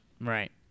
Right